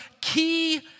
key